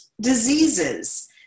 diseases